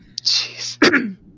Jeez